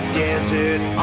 desert